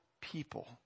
people